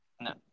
no